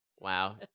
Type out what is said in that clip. Wow